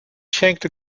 schenkte